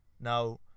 now